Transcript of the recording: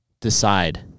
decide